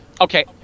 Okay